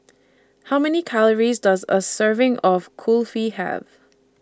How Many Calories Does A Serving of Kulfi Have